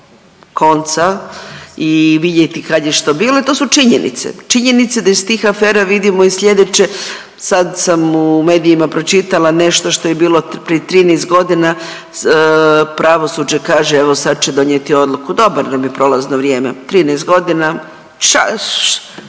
i vidjeti kad je što bilo i to su činjenice, činjenice da iz tih afera vidimo i sljedeće sad sam u medijima pročitala nešto što je bilo prije 13 godina, pravosuđe kaže evo sad će donijeti odluku. Dobro nam je prolazno vrijeme 13 godina, čas